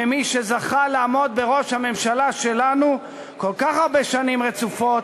ממי שזכה לעמוד בראש הממשלה שלנו כל כך הרבה שנים רצופות,